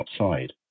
outside